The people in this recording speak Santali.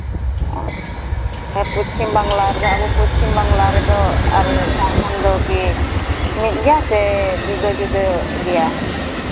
ᱚᱻ ᱦᱮᱸ ᱯᱚᱪᱷᱤᱢ ᱵᱟᱝᱞᱟ ᱨᱮᱫᱚ ᱟᱵᱚ ᱯᱚᱪᱪᱷᱤᱢ ᱵᱟᱝᱞᱟ ᱨᱮᱫᱚ ᱟᱨ ᱡᱷᱟᱲᱠᱷᱚᱸᱰ ᱫᱚᱠᱤ ᱢᱤᱫ ᱜᱮᱭᱟ ᱥᱮ ᱡᱩᱫᱟᱹ ᱡᱩᱫᱟᱹ ᱜᱮᱭᱟ